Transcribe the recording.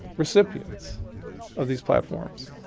recipients of these platforms.